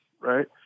right